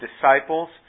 disciples